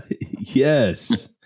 Yes